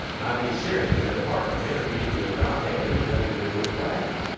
i mean seriously, the department of energy did not have anything to do with fracking.